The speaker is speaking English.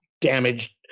damaged